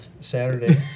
Saturday